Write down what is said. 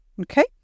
Okay